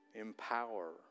empower